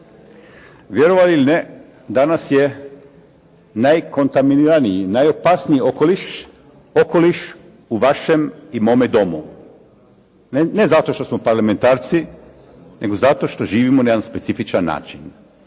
Vjerovali ili ne, danas je najkontaminiraniji i najopasniji okoliš okoliš u vašem i mome domu. Ne zato što smo parlamentarci, nego zato što živimo na jedan specifičan način.